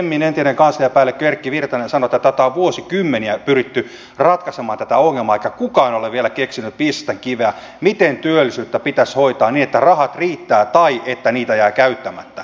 temin entinen kansliapäällikkö erkki virtanen sanoi että on vuosikymmeniä pyritty ratkaisemaan tätä ongelmaa eikä kukaan ole vielä keksinyt viisasten kiveä miten työllisyyttä pitäisi hoitaa niin että rahat riittävät tai että niitä jää käyttämättä